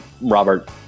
Robert